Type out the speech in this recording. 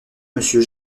monsieur